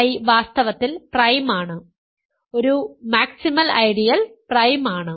I വാസ്തവത്തിൽ prime ആണ് ഒരു മാക്സിമൽ ഐഡിയൽ പ്രൈം ആണ്